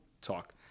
talk